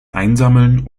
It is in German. einsammeln